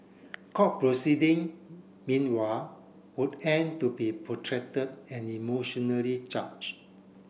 court proceeding meanwhile would end to be protracted and emotionally charged